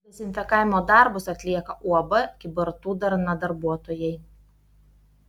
dezinfekavimo darbus atlieka uab kybartų darna darbuotojai